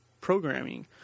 programming